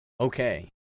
Okay